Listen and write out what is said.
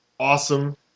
Awesome